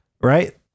right